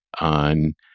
on